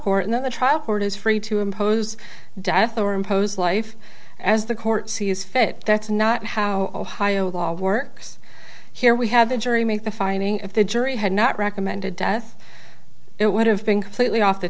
court and that the trial court is free to impose death or impose life as the court sees fit that's not how ohio law works here we have the jury make the finding if the jury had not recommended death it would have been completely off the